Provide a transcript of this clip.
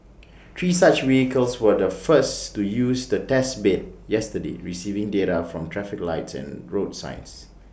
three such vehicles were the first to use the test bed yesterday receiving data from traffic lights and road signs